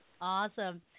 Awesome